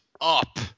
up